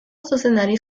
zuzendari